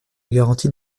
garantie